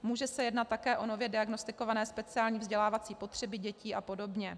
Může se jednat také o nově diagnostikované speciální vzdělávací potřeby dětí a podobně.